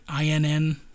INN